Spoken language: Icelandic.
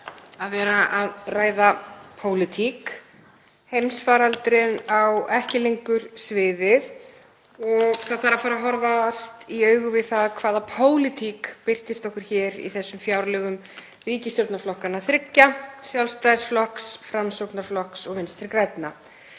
að vera að ræða pólitík. Heimsfaraldurinn á ekki lengur sviðið og það þarf að fara að horfast í augu við það hvaða pólitík birtist okkur hér í fjárlögum ríkisstjórnarflokkanna þriggja, Sjálfstæðisflokks, Framsóknarflokks og Vinstri grænna.